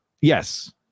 yes